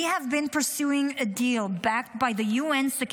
we have been pursuing a deal backed by the UN Security